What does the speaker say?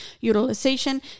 utilization